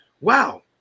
wow